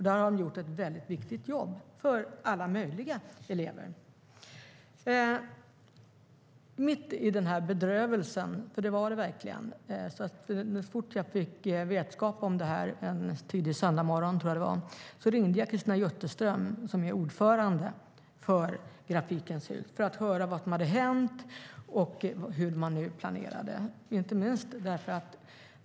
Där har man gjort ett väldigt viktigt jobb för alla möjliga elever. Mitt i den här bedrövelsen - för det var det verkligen - och så fort jag fick vetskap om vad som hade hänt, ringde jag Christina Jutterström, som är ordförande för Grafikens Hus, för att höra vad som hade hänt och hur man nu planerade.